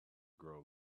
grow